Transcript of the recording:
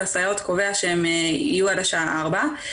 יכול להיות שהרשות פה היא במצב טוב אם היא עומדת מול הבעלות,